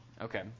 Okay